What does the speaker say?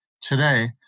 Today